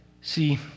See